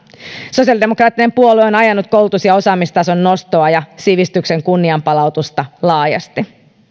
sosiaalidemokraattinen puolue on ajanut koulutus ja osaamistason nostoa ja sivistyksen kunnianpalautusta laajasti